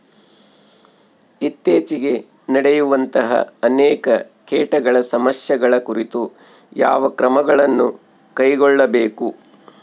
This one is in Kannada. ಇತ್ತೇಚಿಗೆ ನಡೆಯುವಂತಹ ಅನೇಕ ಕೇಟಗಳ ಸಮಸ್ಯೆಗಳ ಕುರಿತು ಯಾವ ಕ್ರಮಗಳನ್ನು ಕೈಗೊಳ್ಳಬೇಕು?